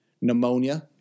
pneumonia